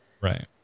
Right